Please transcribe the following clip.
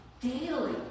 Daily